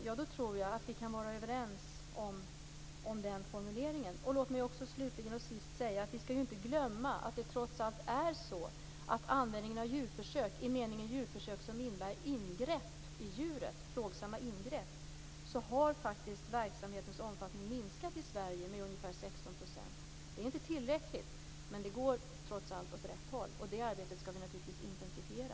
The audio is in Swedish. Jag tror att vi kan vara överens om den formuleringen. Slutligen och sist vill jag säga att vi inte skall glömma att omfattningen och användningen av verksamhet med djurförsök i meningen djurförsök som innebär plågsamma ingrepp i djuret faktiskt har minskat i Sverige med ungefär 16 %. Det är inte tillräckligt, men det går trots allt åt rätt håll. Det arbetet skall vi naturligtvis intensifiera.